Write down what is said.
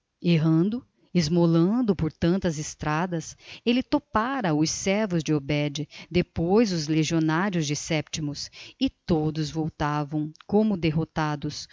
errando esmolando por tantas estradas ele topara os servos de obed depois os legionários de sétimo e todos voltavam como derrotados